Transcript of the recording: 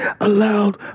allowed